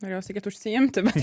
norėjau sakyt užsiimti bet